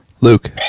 Luke